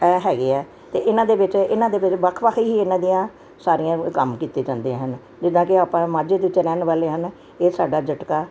ਐ ਹੈਗੇ ਆ ਤੇ ਇਹਨਾਂ ਦੇ ਵਿੱਚ ਇਹਨਾਂ ਦੇ ਵਿੱਚ ਵੱਖ ਵੱਖ ਹੀ ਇਹਨਾਂ ਦੀਆਂ ਸਾਰੀਆਂ ਵੀ ਕੰਮ ਕੀਤੇ ਜਾਂਦੇ ਹਨ ਜਿੱਦਾਂ ਕਿ ਆਪਾਂ ਮਾਝੇ ਦੇ ਉੱਤੇ ਰਹਿਣ ਵਾਲੇ ਹਨ ਇਹ ਸਾਡਾ ਜਟਕਾ